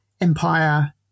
empire